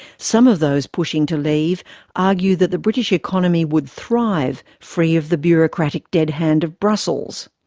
some of those pushing to leave argue that the british economy would thrive, free of the bureaucratic dead hand of brussels.